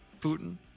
Putin